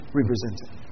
represented